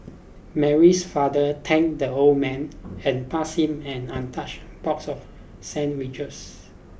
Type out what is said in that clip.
Mary's father thanked the old man and passed him an untouched box of sandwiches